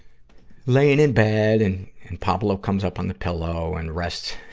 laying in bed and, and pablo comes up on the pillow and rests,